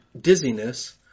dizziness